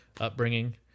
upbringing